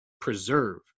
preserve